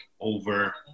over